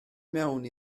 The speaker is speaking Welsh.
mewn